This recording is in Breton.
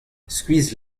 skuizh